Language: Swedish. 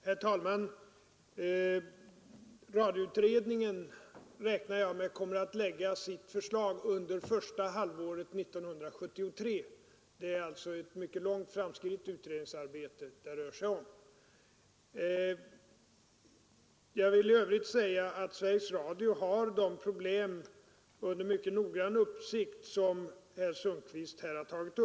Herr talman! Jag räknar med att radioutredningen kommer att lägga fram sitt förslag under första halvåret 1973. Det rör sig alltså om ett mycket långt framskridet utredningsarbete. Jag vill i övrigt säga att Sveriges Radio har de problem som herr Sundkvist här tagit upp under mycket noggrann uppsikt.